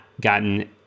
gotten